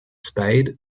spade